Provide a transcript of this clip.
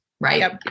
Right